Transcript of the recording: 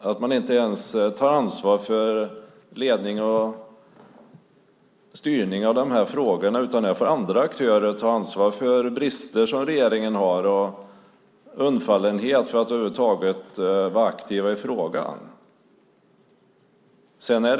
att man inte ens tar ansvar för ledning och styrning av de här frågorna. Andra aktörer får ta ansvar för brister som regeringen har och undfallenhet när det gäller att över huvud taget vara aktiv i frågan.